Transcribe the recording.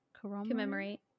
commemorate